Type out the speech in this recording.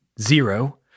Zero